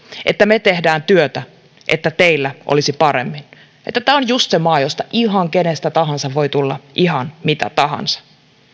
että me teemme työtä niin että teillä olisi paremmin että tämä on juuri se maa josta ihan kenestä tahansa voi tulla ihan mitä tahansa